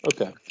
Okay